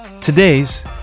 Today's